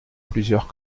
plusieurs